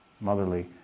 motherly